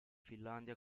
finlandia